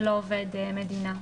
ולא עובד מדינה.